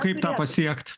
kaip tą pasiekt